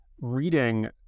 reading